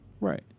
Right